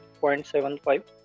0.75